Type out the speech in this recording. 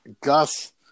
Gus